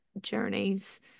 journeys